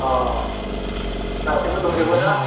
अ गासिबो दंजोबो ना